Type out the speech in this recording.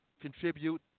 contribute